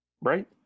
Right